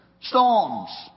Storms